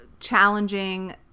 challenging